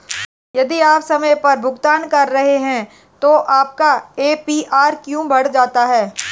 यदि आप समय पर भुगतान कर रहे हैं तो आपका ए.पी.आर क्यों बढ़ जाता है?